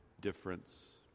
difference